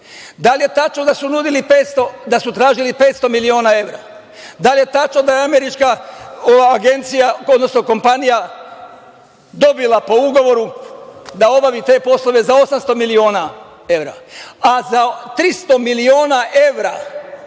Da li je tačno da su tražili 500 miliona evra? Da li je tačno da je američka kompanija dobila po ugovoru da obavi te poslove za 800 miliona evra? Za 300 miliona evra